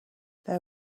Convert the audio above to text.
there